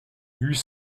huit